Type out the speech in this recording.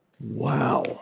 Wow